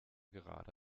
gerade